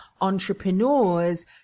entrepreneurs